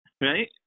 right